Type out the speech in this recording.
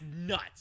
nuts